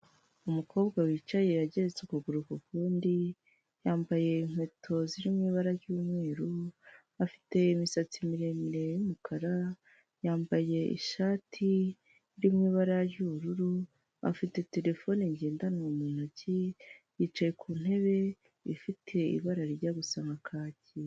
Umukobwa wicaye yagezetse ukuguru kundi yambaye inkweto ziririmo ibara ry'umweru, afite imisatsi miremire y'umukara, yambaye ishati iri mu ibara ry'ubururu, afite terefone ngendanwa mu ntoki, yicaye ku ntebe ifite ibara rijya gusa nka kaki.